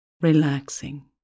relaxing